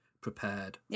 prepared